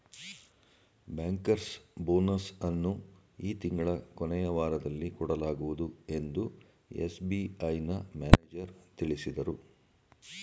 bankers bonus ಅನ್ನು ಈ ತಿಂಗಳ ಕೊನೆಯ ವಾರದಲ್ಲಿ ಕೊಡಲಾಗುವುದು ಎಂದು ಎಸ್.ಬಿ.ಐನ ಮ್ಯಾನೇಜರ್ ತಿಳಿಸಿದರು